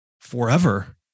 Forever